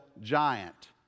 giant